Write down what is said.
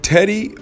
Teddy